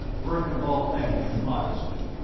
verkan vall thanked him modestly.